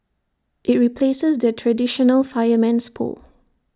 IT replaces the traditional fireman's pole